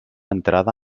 entrada